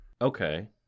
Okay